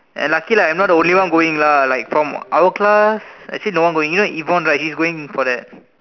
and luckily I'm not the only one lah like from our class actually no one going you know Yvonne right he's going for that